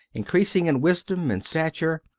increasing in wisdom and stature,